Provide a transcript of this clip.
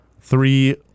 three